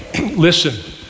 Listen